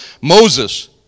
Moses